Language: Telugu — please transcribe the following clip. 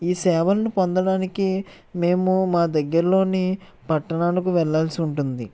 ఈ సేవలను పొందడానికి మేము మా దగ్గరలోని పట్టణాలకు వెళ్ళాల్సి ఉంటుంది